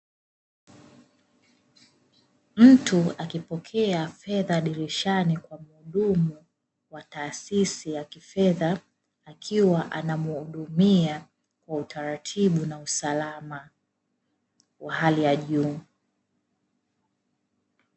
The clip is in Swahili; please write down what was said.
Mtu akipokea fedha dirishani kwa muhudumu wa taasisi ya kifedha, akiwa anamuhudumia kwa utaratibu na usalama wa hali ya juu.